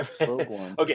Okay